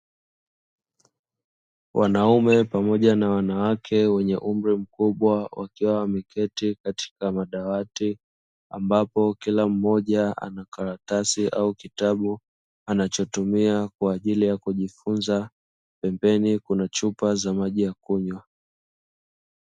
Wanaume pamoja na wanawake wenye umri mkubwa wakiwa wameketi katika madawati, ambapo kila mmoja ana karatasi au kitabu anachotumia kwa ajili ya kujifunza, pembeni kuna chupa za maji ya kunywa.